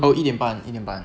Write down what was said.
oh 一点半一点半